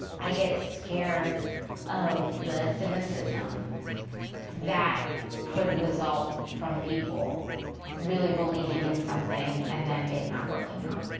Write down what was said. i get scared of the cynicism that could result from people really believing in something and then it not working out.